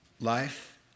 life